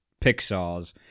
Pixars